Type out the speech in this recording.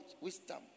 wisdom